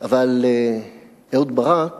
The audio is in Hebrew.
אבל אהוד ברק